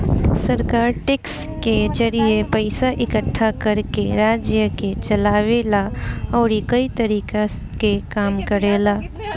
सरकार टैक्स के जरिए पइसा इकट्ठा करके राज्य के चलावे ला अउरी कई तरीका के काम करेला